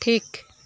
ᱴᱷᱤᱠ